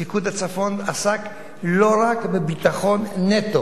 פיקוד הצפון עסק לא רק בביטחון נטו.